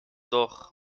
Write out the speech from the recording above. doch